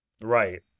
Right